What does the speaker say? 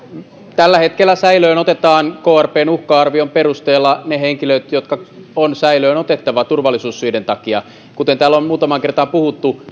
tällä hetkellä säilöön otetaan krpn uhka arvion perusteella ne henkilöt jotka on säilöön otettava turvallisuussyiden takia kuten täällä on muutamaan kertaan puhuttu